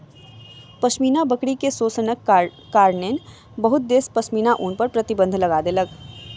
पश्मीना बकरी के शोषणक कारणेँ बहुत देश पश्मीना ऊन पर प्रतिबन्ध लगा देलक